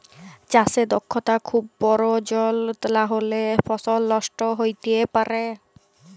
চাষে দক্ষতা খুব পরয়োজল লাহলে ফসল লষ্ট হ্যইতে পারে